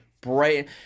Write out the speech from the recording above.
bright –